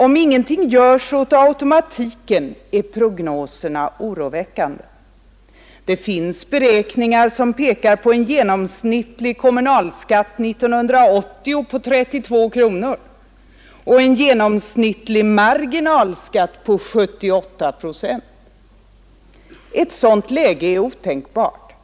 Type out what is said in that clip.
Om ingenting görs åt automatiken är prognoserna oroväckande. Det finns beräkningar som pekar på en genomsnittlig kommunalskatt 1980 av 32 kronor och en genomsnittlig marginalskatt på 78 procent. Ett sådant läge är otänkbart.